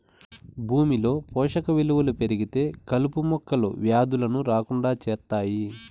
భూమిలో పోషక విలువలు పెరిగితే కలుపు మొక్కలు, వ్యాధులను రాకుండా చేత్తాయి